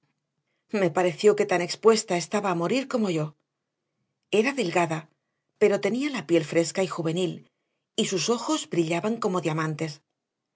me pareció que tan expuesta estaba a morir como yo era delgada pero tenía la piel fresca y juvenil y sus ojos brillaban como diamantes